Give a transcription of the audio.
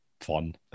fun